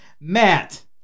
Matt